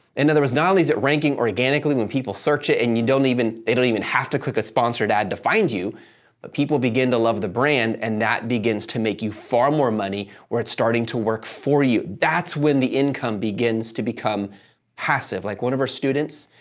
in other words, not only is it ranking organically when people search it and you don't even. they don't even have to click a sponsored ad to find you, but people begin to love the brand, and that begins to make you far more money where it's starting to work for you. that's when the income begins to become passive. like one of our students,